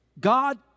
God